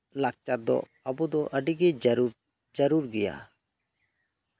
ᱞᱟᱠᱪᱟᱨ ᱫᱚ ᱟᱵᱚ ᱫᱚ ᱟᱹᱰᱤ ᱜᱮ ᱡᱟᱹᱨᱩᱲ ᱡᱟᱹᱨᱩᱲ ᱜᱮᱭᱟ